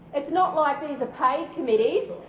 it's not like these are paid committees.